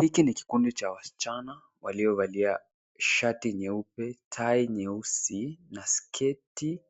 Hiki ni kikundi cha wasichana waliovalia shati nyeupe, tai nyeusi na sketi